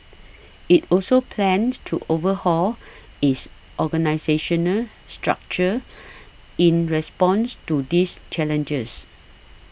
it also plans to overhaul its organisational structure in response to these challenges